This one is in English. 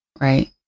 Right